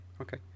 Okay